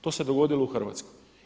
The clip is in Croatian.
To se dogodilo u Hrvatskoj.